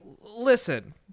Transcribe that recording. listen